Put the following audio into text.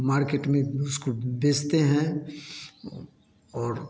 market में उसको बेचते हैं और